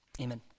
Amen